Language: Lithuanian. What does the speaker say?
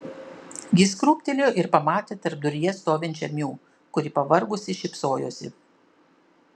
jis krūptelėjo ir pamatė tarpduryje stovinčią miu kuri pavargusi šypsojosi